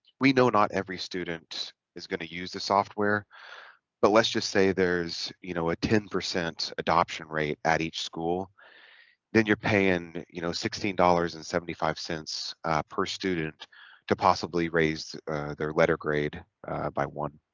we know not every student is gonna use the software but let's just say there's you know a ten percent adoption rate at each school then you're paying you know sixteen dollars and seventy five cents per student to possibly raise there grade by one